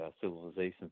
civilizations